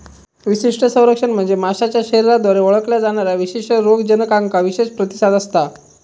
विशिष्ट संरक्षण म्हणजे माशाच्या शरीराद्वारे ओळखल्या जाणाऱ्या विशिष्ट रोगजनकांका विशेष प्रतिसाद असता